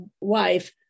wife